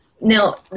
Now